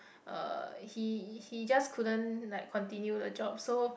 uh he he just couldn't like continue the job so